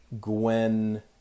Gwen